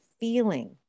feeling